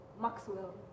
maxwell